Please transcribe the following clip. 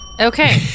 Okay